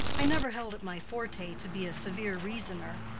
i never held it my forte to be a severe reasoner,